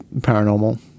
paranormal